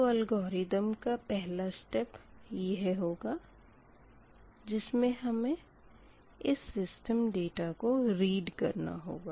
तो अलगोरिदम का पहला स्टेप यह होगा जिसमें हमें इस सिस्टम डेटा को रीड करना होगा